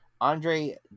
Andre